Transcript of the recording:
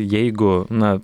jeigu na